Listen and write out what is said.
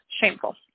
shameful